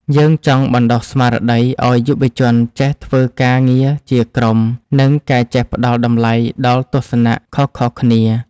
យើងចង់បណ្ដុះស្មារតីឱ្យយុវជនចេះធ្វើការងារជាក្រុម និងការចេះផ្ដល់តម្លៃដល់ទស្សនៈខុសគ្នាៗ។